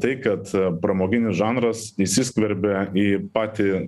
tai kad pramoginis žanras įsiskverbia į patį